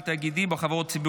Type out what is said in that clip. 107)